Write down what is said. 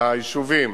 ביישובים